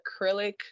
acrylic